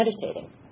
meditating